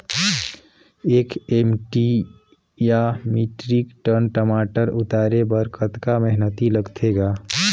एक एम.टी या metric ton टमाटर उतारे बर कतका मेहनती लगथे ग?